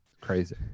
Crazy